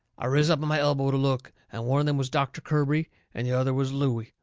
i riz up on my elbow to look, and one of them was doctor kirby and the other was looey,